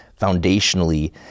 foundationally